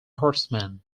horseman